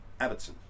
Abbotson